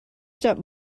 step